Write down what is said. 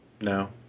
No